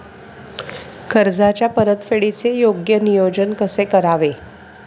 कर्जाच्या परतफेडीचे योग्य नियोजन कसे करावे?